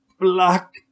black